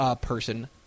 person